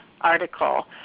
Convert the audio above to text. article